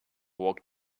walked